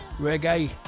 reggae